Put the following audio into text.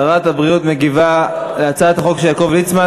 שרת הבריאות מגיבה להצעת החוק של יעקב ליצמן.